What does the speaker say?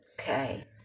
Okay